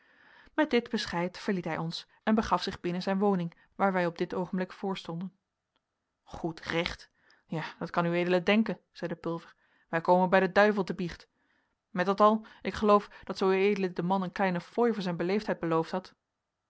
met dit bescheid verliet hij ons en begaf zich binnen zijn woning waar wij op dit oogenblik voorstonden goed recht ja dat kan ued denken zeide pulver wij komen bij den duivel te biecht met dat al ik geloof dat zoo ued den man een kleine fooi voor zijn beleefdheid beloofd hadt